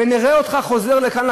ונראה אותך חוזר לכאן,